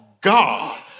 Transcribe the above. God